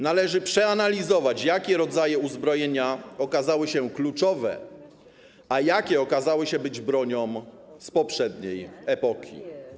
Należy przeanalizować, jakie rodzaje uzbrojenia okazały się kluczowe, a jakie okazały się być bronią z poprzedniej epoki.